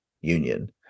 Union